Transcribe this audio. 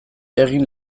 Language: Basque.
egin